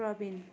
Praveen